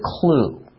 clue